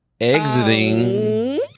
exiting